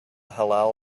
halal